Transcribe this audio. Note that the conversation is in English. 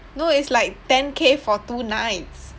no it's like ten K for two nights